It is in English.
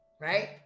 right